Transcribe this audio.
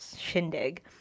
shindig